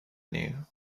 knew